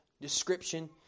description